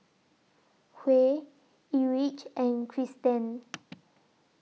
Huey Erich and Cristen